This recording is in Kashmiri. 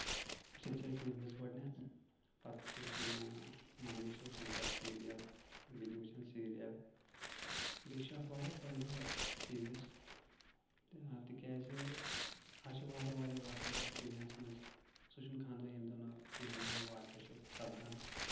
وٕچھان چھٕ أسۍ نِوز گۄڈٕنیٚتھ پَتہٕ چھ وٕچھان ممی چھ وٕچھان پَتہٕ سیٖریَل بیٚنہِ وٕچھان سیٖریَل بیٚیہِ چھ اَتھ واریاہ فٲیدٕ ٹی وی یَس تِکیٚازِ آز چھ واریاہ واریاہ واقع گژھان دُنۍیاہَس منٛز سُہ چھُ نہٕ کانٛہہ دۄہہ ییٚمہِ دۄہ نہٕ کیٚنٛہہ نوو واقع چھُ سَپدان